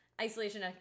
isolation